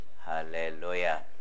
Hallelujah